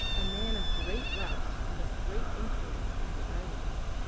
a man of great wealth and of great influence in the islands.